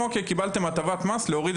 אני מתכבד לפתוח את ישיבת המשנה של ועדת